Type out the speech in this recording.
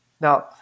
Now